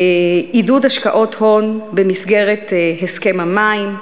עידוד השקעות הון במסגרת הסכם המים.